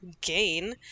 gain